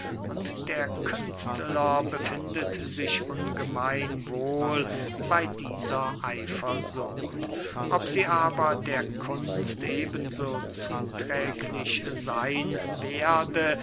und der künstler befindet sich ungemein wohl bey dieser eifersucht ob sie aber der kunst eben so zuträglich seyn werde